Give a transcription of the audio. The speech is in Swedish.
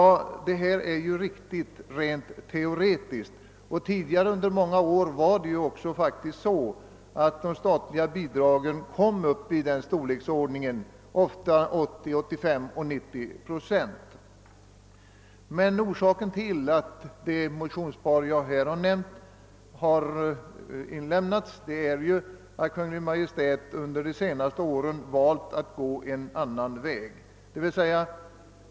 Det är riktigt rent teoretiskt. Under många år var det faktiskt också så att de statliga bidragen ofta kom upp i storleken 80, 85 eller 90 procent. Orsaken till att det motionspar jag här har nämnt har inlämnats är emellertid att Kungl. Maj:t under de senaste åren valt att gå en annan väg.